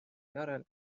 järel